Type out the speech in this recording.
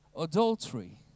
adultery